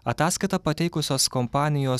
ataskaitą pateikusios kompanijos